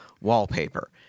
Wallpaper